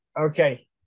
Okay